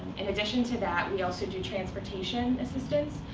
in addition to that, we also do transportation assistance,